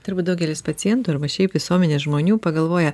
turbūt daugelis pacientų arba šiaip visuomenės žmonių pagalvoja